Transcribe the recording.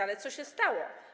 Ale co się stało?